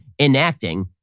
enacting